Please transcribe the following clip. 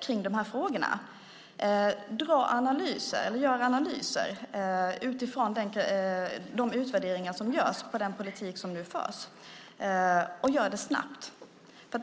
dessa frågor! Gör analyser utifrån de utvärderingar som görs av den politik som nu förs, och gör det snabbt!